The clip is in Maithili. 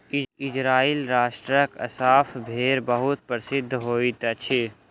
इजराइल राष्ट्रक अस्साफ़ भेड़ बहुत प्रसिद्ध होइत अछि